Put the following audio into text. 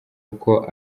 uko